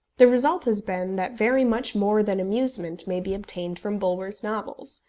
the result has been that very much more than amusement may be obtained from bulwer's novels.